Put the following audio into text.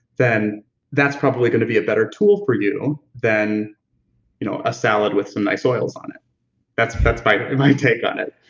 then that's probably going to be a better tool for you than you know a salad with some nice oils on that's that's my my take on it